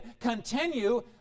continue